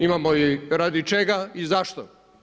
Imamo i radi čega i zašto.